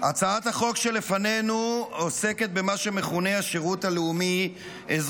הצעת החוק שלפנינו עוסקת במה שמכונה השירות הלאומי-אזרחי,